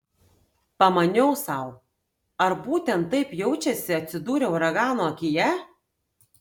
pamaniau sau ar būtent taip jaučiasi atsidūrę uragano akyje